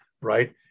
Right